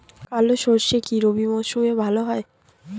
কালো সরষে কি রবি মরশুমে ভালো হয়?